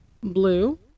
Blue